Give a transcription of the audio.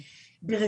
כן, בבקשה.